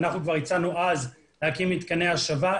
הצענו כבר אז להקים מתקני השבה.